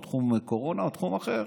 תחום קורונה או תחום אחר,